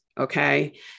okay